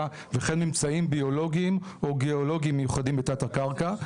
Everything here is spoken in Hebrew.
וכן ממצאים ביולוגיים או גיאולוגיים מיוחדים בתת-הקרקע".